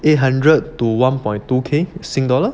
you have a symbol eight hundred to one point two K sing dollar